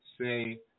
say